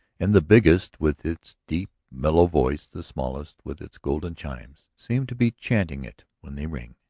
and the biggest with its deep, mellow voice, the smallest with its golden chimes, seem to be chanting it when they ring.